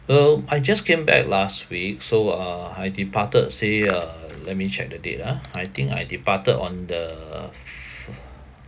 well I just came back last week so uh I departed say uh let me check the date ah I think I departed on the f~